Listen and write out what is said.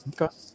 Okay